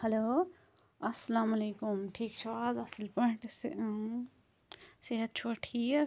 hello اَلسلامُ علیکُم ٹھیٖک چھُو حظ اصٕل پٲٹھۍ صے اۭں صحت چھُوا ٹھیٖک